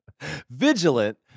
vigilant